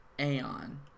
Aeon